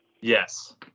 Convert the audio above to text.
Yes